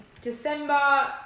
December